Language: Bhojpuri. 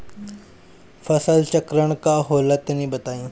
फसल चक्रण का होला तनि बताई?